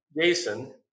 Jason